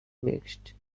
mixed